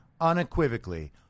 unequivocally